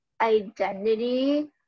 identity